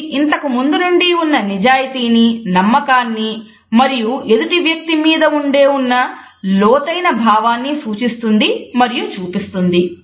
ఇది ఇంతకు ముందునుండి ఉన్న నిజాయితీని నమ్మకాన్ని మరియు ఎదుటి వ్యక్తి మీద ఉండే ఉన్న లోతైన భావాన్ని సూచిస్తుంది మరియు చూపిస్తుంది